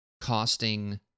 costing